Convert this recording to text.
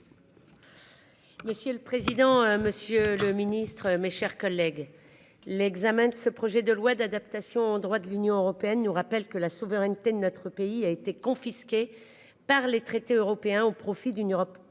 Monsieur le président, Monsieur le Ministre, mes chers collègues. L'examen de ce projet de loi d'adaptation droit de l'Union européenne nous rappelle que la souveraineté de notre pays a été confisqué par les traités européens au profit d'une Europe ultralibérale